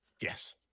Yes